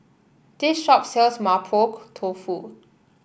this shop sells Mapo Tofu